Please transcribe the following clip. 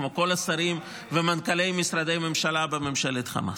כמו כל השרים ומנכ"לי משרדי ממשלה בממשלת חמאס.